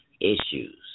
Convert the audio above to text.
issues